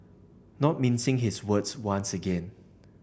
not mincing his words once again